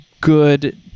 good